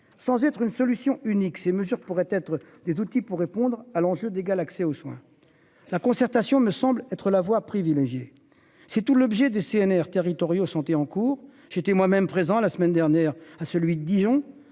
sans être une solution unique. Ces mesures pourraient être des outils pour répondre à l'enjeu d'égal accès aux soins. La concertation ne semble être la voie privilégiée. C'est tout l'objet de CNR territoriaux sont en cours, j'étais moi-même présent à la semaine dernière à celui de Dijon